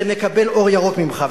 זה מקבל אור ירוק ממך.